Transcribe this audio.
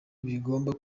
bigomba